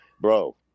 Bro